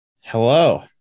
Hello